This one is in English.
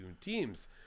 teams